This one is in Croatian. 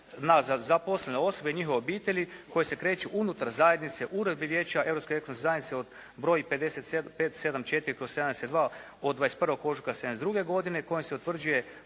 na zaposlene osobe i njihove obitelji koje se kreću unutar zajednice, uredbi Vijeća Europske ekonomske zajednice od broj 574/72 od 21. ožujka '72. godine kojom se utvrđuje